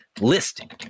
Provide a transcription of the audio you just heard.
listing